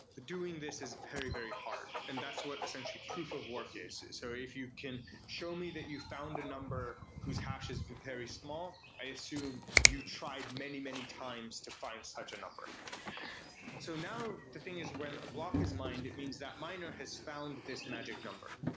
doing this is very, very hard. and that's what essentially proof of work is. so if you can show me that you found a number who's hash is very small, i assume you tried many, many times to find such a number so now the thing is when a block is mined, it means that miner has found this magic number.